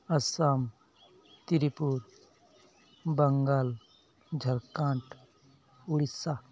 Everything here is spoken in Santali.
ᱟᱥᱟᱢ ᱛᱨᱤᱯᱩᱨᱟ ᱵᱟᱝᱜᱟᱞ ᱡᱷᱟᱲᱠᱷᱚᱸᱰ ᱩᱲᱤᱥᱥᱟ